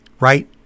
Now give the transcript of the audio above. Right